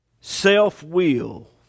self-will